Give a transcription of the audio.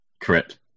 Correct